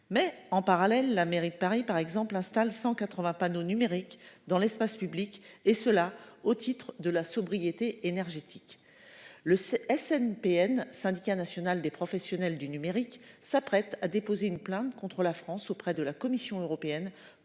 Mais en parallèle, la mairie de Paris par exemple installe 180 panneaux numériques dans l'espace public et cela au titre de la sobriété énergétique. Le SNPL Syndicat national des professionnels du numérique s'apprête à déposer une plainte contre la France auprès de la Commission européenne